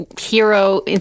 hero